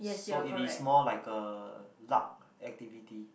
so it is more like a luck activity